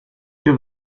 que